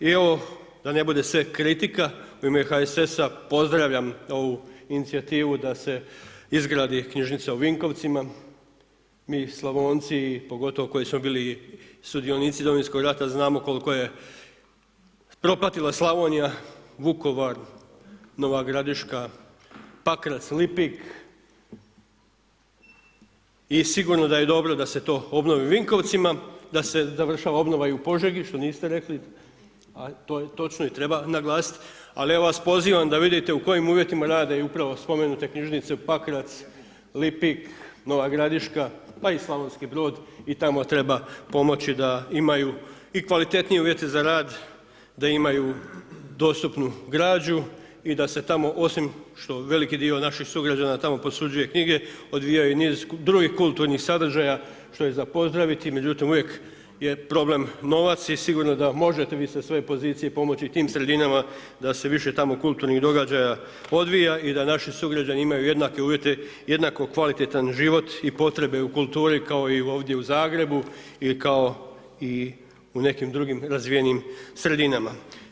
I ovo da ne bude sve kritika, u ime HSS-a pozdravljam ovu inicijativu da se izgradi knjižnica u Vinkovcima, mi Slavonci, pogotovo koji smo bili sudionici Domovinskog rata, znamo koliko je propatila Slavonija, Vukovar, Nova Gradiška, Pakrac, Lipik i sigurno da je dobro da se to obnovi u Vinkovcima, da se završava obnova i u Požegi, što niste rekli a to točno treba naglasiti, ali ja vas pozivam da vidite u kojim uvjetima rade upravo spomenute knjižnice Pakrac, Lipik, Nova Gradiška, pa i Slavonski Brod, i tamo treba pomoći da imaju i kvalitetnije uvjete za rad, da imaju dostupnu građu i da se tamo osim što veliki dio naših sugrađana tamo posuđuje knjige, odvijaju i niz drugih kulturnih sadržaja, što je za pozdraviti, međutim uvijek je problem novac i sigurno d možete vi sa svoje pozicije pomoći i tim sredinama da se više tamo kulturnih događaja odvija i da naši sugrađani imaju jednako kvalitetan život i potrebe u kulturi kao i ovdje u Zagrebu i kao u nekim drugim razvijenim sredinama.